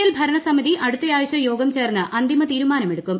L ഭരണ സമിതി അടുത്തയാഴ്ച ് യോഗം ചേർന്ന് അന്തിമ തീരുമാനം എടുക്കും